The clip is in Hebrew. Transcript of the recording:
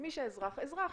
מי שאזרח אזרח.